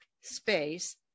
space